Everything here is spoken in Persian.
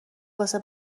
واسه